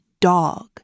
dog